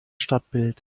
stadtbild